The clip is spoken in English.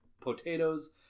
potatoes